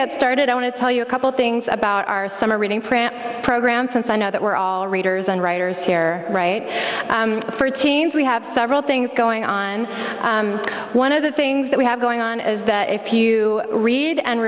get started i want to tell you a couple things about our summer reading program program since i know that we're all readers and writers here write for teens we have several things going on one of the things that we have going on is that if you read and